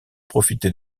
profiter